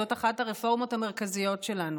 זאת אחת הרפורמות המרכזיות שלנו.